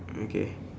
okay